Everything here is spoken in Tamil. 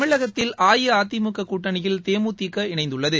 தமிழகத்தில் அஇஅதிமுக கூட்டணியில் தேமுதிக இணந்துள்ளது